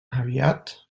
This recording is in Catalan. aviat